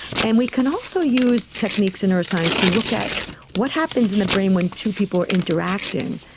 and we can also use techniques in our science to look at what happens in the brain when two people are interacting.